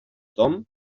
tom